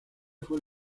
fue